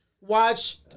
watch